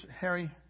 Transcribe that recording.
Harry